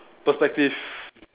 perspective